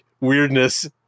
weirdness